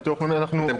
כולם סביב זה.